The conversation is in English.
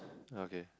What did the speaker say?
ah okay